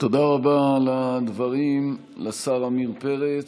תודה רבה על הדברים, השר עמיר פרץ.